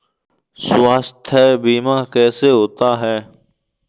स्वास्थ्य बीमा कैसे होता है?